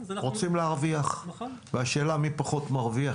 רוצים להרוויח והשאלה מי פחות מרוויח,